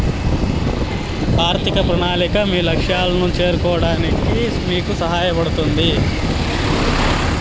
ఆర్థిక ప్రణాళిక అది మీ లక్ష్యాలను చేరుకోవడానికి మీకు సహాయపడుతుంది